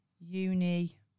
Uni